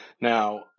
Now